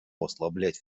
ослаблять